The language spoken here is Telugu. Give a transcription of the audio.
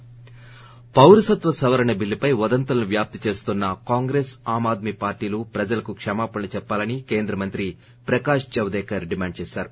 శి పౌరసత్వ సవరణ బిల్లుపై వదంతులను వ్యాప్తి చేస్తున్న కాంగ్రెస్ ఆమ్ ఆద్మీ పార్టీలు ప్రజలకు క్షమాపణలు చెప్పాలని కేంద్ర మంత్రి ప్రకాష్ జవదేకర్ డిమాండ్ చేశారు